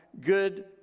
good